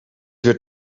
weer